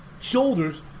shoulders